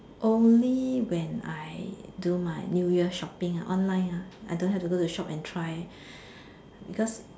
only when I do my new year shopping online ah I don't have to go and shop and try because